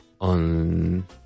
on